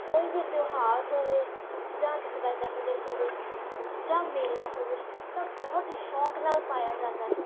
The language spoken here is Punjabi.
ਕੋਈ ਵੀ ਤਿਉਹਾਰ ਹੋਵੇ ਜਾਂ ਕਿਸੇ ਦਾ ਜਨਮ ਦਿਨ ਹੋਵੇ ਜਾਂ ਮੇਲਾ ਹੋਵੇ ਤਾਂ ਬਹੁਤ ਹੀ ਸ਼ੌਂਕ ਨਾਲ ਪਾਇਆ ਜਾਂਦਾ ਸੀ